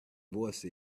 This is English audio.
voice